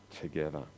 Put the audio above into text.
together